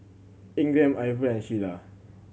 Ingram Iver and Shiela